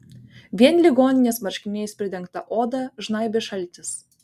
vien ligoninės marškiniais pridengtą odą žnaibė šaltis